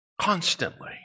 constantly